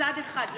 מצד אחד,